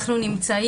לא,